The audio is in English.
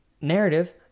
narrative